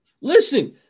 Listen